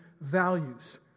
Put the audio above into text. values